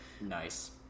Nice